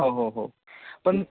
हो हो हो पण